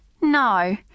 No